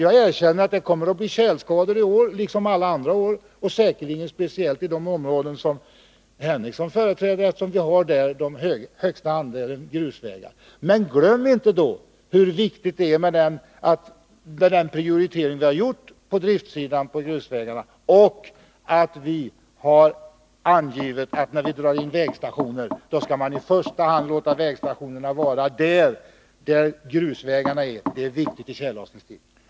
Jag erkänner att det kommer att bli tjälskador i år liksom alla andra år, och säkerligen speciellt i de områden som herr Henricsson företräder, eftersom vi där har den största andelen grusvägar. Men glöm inte hur viktig den prioritering är som vi har gjort på driftsidan vad avser grusvägarna. Och när det gäller indragning av vägstationer har vi angivit att man i första hand skall låta vägstationerna vara där grusvägarna är. Det är viktigt i tjällossningstider.